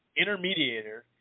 intermediator